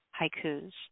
haikus